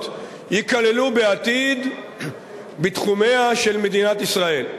ייכללו בעתיד בתחומיה של מדינת ישראל,